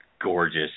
gorgeous